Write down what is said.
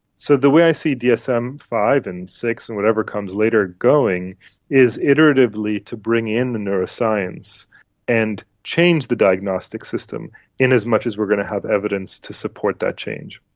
so the way i see dsm five and six and whatever comes later going is iteratively to bring in the neuroscience and change the diagnostic system in as much as we are going to have evidence to support that change.